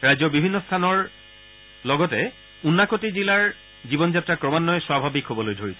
ৰাজ্যৰ বিভিন্ন স্থানৰ লগতে উনাকটি জিলাৰ জীৱন যাত্ৰা ক্ৰমান্বয়ে স্বাভাৱিক হ'ব ধৰিছে